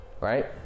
right